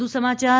વધુ સમાચાર